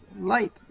light